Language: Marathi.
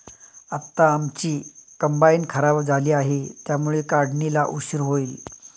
आता आमची कंबाइन खराब झाली आहे, त्यामुळे काढणीला उशीर होईल